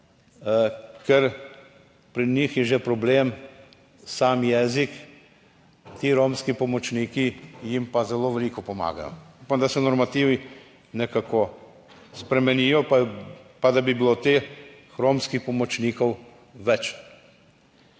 ker pri njih je že problem sam jezik, ti romski pomočniki jim pa zelo veliko pomagajo. Upam, da se normativi nekako spremenijo pa da bi bilo teh romskih pomočnikov več.